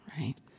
Right